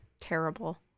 terrible